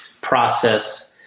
process